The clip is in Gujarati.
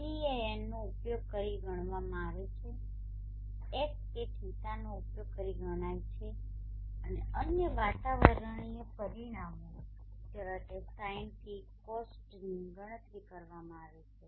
T એ Nનો ઉપયોગ કરીને ગણવામાં આવે છે x એ φનો ઉપયોગ કરીને ગણવામાં આવે છે અને અન્ય વાતાવરણીય પરિમાણો જેવા કે sinτ cosτની ગણતરી કરવામાં આવે છે